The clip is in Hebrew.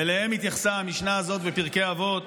ואליהם התייחסה המשנה הזאת בפרקי אבות,